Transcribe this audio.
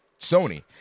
Sony